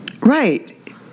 right